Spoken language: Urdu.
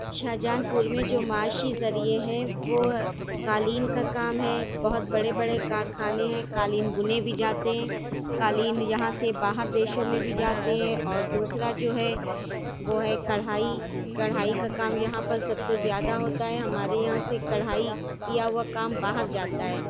شاہ جہان پور میں جو معاشی ذریعے ہیں وہ قالین کا کام ہے بہت بڑے بڑے کارخانے ہیں قالین بنے بھی جاتے ہیں قالین یہاں سے باہر دیشوں میں بھی جاتے ہیں اور دوسرا جو ہے وہ ہے کڑھائی کڑھائی کا کام یہاں پر سب سے زیادہ ہوتا ہے ہمارے یہاں سے کڑھائی کیا ہوا کام باہر جاتا ہے